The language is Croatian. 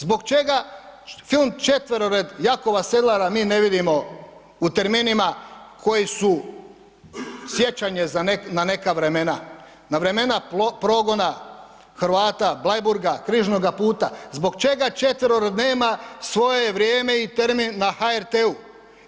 Zbog čega film „Četverored“ Jakova Sedlara mi ne vidimo u terminima koji su sjećanje na neka vremena, na vrijeme progona Hrvata, Bleiburga, Križnoga puta, zbog čega „Četverored“ nema svoje vrijeme i termin na HRT-u?